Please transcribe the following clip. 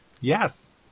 Yes